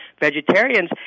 vegetarians